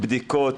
בדיקות,